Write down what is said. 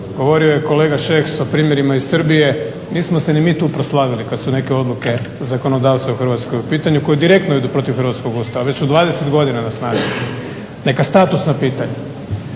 Govorio je kolega Šeks o primjerima iz Srbije. Nismo se ni mi tu proslavili kad su neke odluke zakonodavca u Hrvatskoj u pitanju koja direktno idu protiv hrvatskog Ustava. Već 20 godina nas …/Govornik se ne